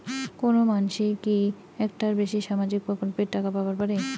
কোনো মানসি কি একটার বেশি সামাজিক প্রকল্পের টাকা পাবার পারে?